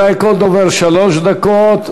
רבותי, לכל דובר שלוש דקות.